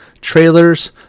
trailers